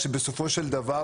ובסופו של דבר,